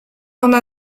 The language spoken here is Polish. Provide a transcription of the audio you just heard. ona